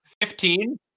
Fifteen